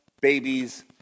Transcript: babies